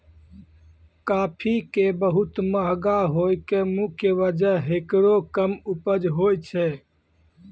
काफी के बहुत महंगा होय के मुख्य वजह हेकरो कम उपज होय छै